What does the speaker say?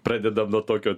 pradedam nuo tokio